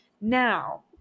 Now